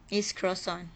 it's croissant